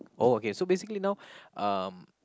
oh okay so basically now um